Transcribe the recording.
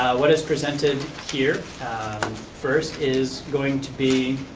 what is presented here first is going to be